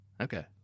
Okay